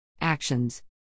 Actions